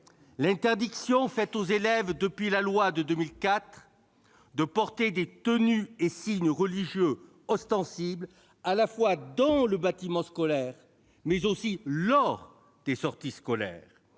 l'interdiction faite aux élèves, depuis la loi de 2004, de porter des tenues et signes religieux ostensibles non seulement dans le bâtiment scolaire, mais aussi lors des sorties scolaires.